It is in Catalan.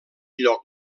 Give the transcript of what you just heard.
lloc